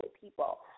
people